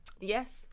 yes